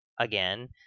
Again